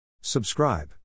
Subscribe